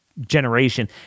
Generation